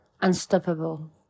unstoppable